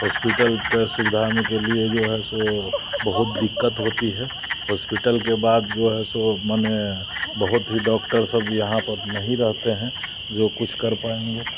hospital का सुविधाओं के लिए जो है सो बहुत दिक्कत होती है हॉस्पिटल के बाद जो है सो माने बहुत ही डॉक्टर सब यहाँ पर नहीं रहते हैं जो कुछ कर पाएँगे